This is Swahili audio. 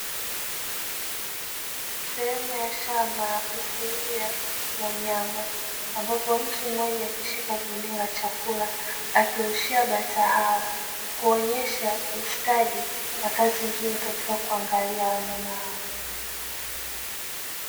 Sehemu ya shamba ya kufugia wanyama ambapo mtu mmoja akishika gunia la chakula, akirushia bata hao kuonyesha ustadi na kazi nzuri katika kuangalia wanyama hao.